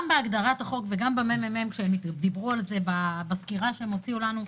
גם בהגדרת החוק וגם בממ"מ כשהם דיברו על זה בסקירה שהם הוציאו לנו,